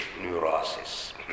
neurosis